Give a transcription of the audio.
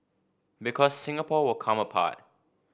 because Singapore will come apart